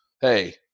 Hey